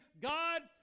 God